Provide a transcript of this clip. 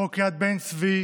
יד יצחק בן-צבי